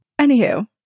Anywho